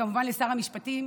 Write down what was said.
וכמובן לשר המשפטים,